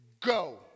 go